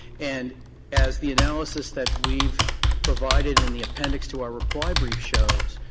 and as the analysis that we've provided in the appendix to our reply brief shows,